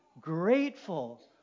grateful